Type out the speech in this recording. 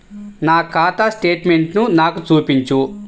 నా ఖాతా స్టేట్మెంట్ను నాకు చూపించు